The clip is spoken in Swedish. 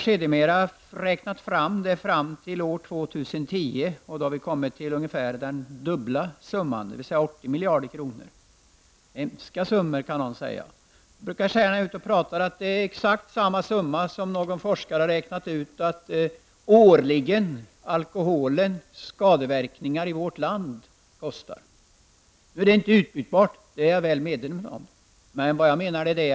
Sedermera har vi räknat ut att det fram till år 2010 behövs ungefär dubbelt så mycket, dvs. 80 miljarder. En hemsk summa, kanske någon säger. Jag brukar säga att det är samma summa som en forskare har räknat ut att alkoholens skadeverkningar i vårt land årligen kostar. Jag är väl medveten om att det beloppet inte är utbytbart till något annat ändamål.